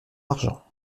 argent